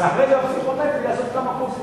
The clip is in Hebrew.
לפני הפסיכומטרי לעשות כמה קורסים,